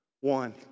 One